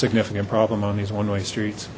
significant problem on these one way streets